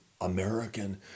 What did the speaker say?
American